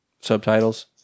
subtitles